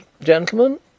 Gentlemen